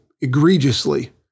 egregiously